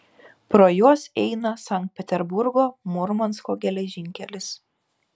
pro juos eina sankt peterburgo murmansko geležinkelis